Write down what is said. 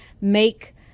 make